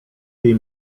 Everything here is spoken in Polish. jej